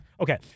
Okay